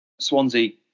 Swansea